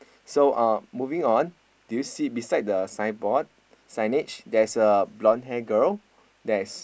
so uh moving on do you see beside the signboard signage there's a blonde hair girl that's